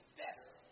better